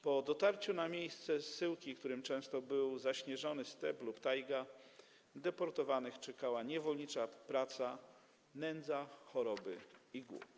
Po dotarciu na miejsce zsyłki, którym często były zaśnieżony step lub tajga, deportowanych czekały niewolnicza praca, nędza, choroby i głód.